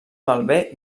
malbé